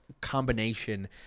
combination